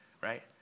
right